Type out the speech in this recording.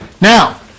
Now